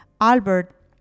Albert